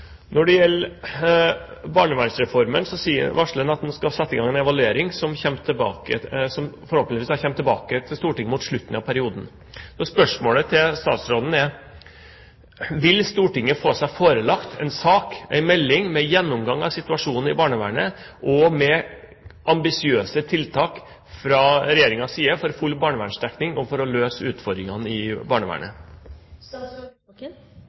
Når det gjelder barnevernsreformen, varsler han at han skal sette i gang en evaluering som forhåpentligvis kommer tilbake til Stortinget mot slutten av perioden. Så spørsmålet til statsråden er: Vil Stortinget få seg forelagt en sak, en melding, med gjennomgang av situasjonen i barnevernet, og med ambisiøse tiltak fra Regjeringens side for full barnevernsdekning og for å møte utfordringene i